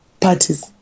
parties